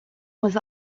was